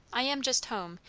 i am just home,